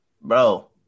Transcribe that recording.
Bro